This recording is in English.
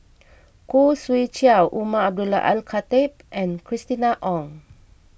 Khoo Swee Chiow Umar Abdullah Al Khatib and Christina Ong